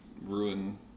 ruin